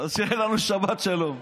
אז שתהיה לנו שבת שלום.